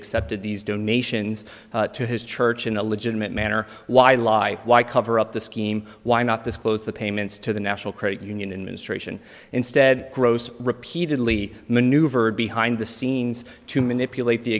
accepted these donations to his church in a legitimate manner why lie why cover up the scheme why not disclose the payments to the national credit union in ministration instead grows repeatedly maneuvered behind the scenes to manipulate the